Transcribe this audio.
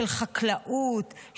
של חקלאות,